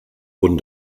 punt